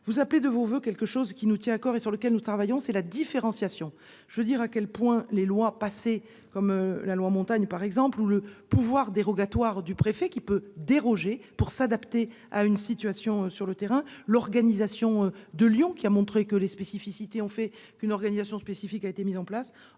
Vous appelez de vos voeux, quelque chose qui nous tient corps et sur lequel nous travaillons, c'est la différenciation. Je veux dire à quel point les lois passées comme la loi montagne par exemple où le pouvoir dérogatoire du préfet qui peut déroger, pour s'adapter à une situation sur le terrain, l'organisation de Lyon qui a montré que les spécificités ont fait qu'une organisation spécifique a été mis en place